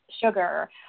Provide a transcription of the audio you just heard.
sugar